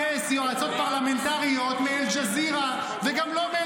חבורת פושעים, פורעי חוק, זה מה שאתם.